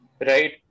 right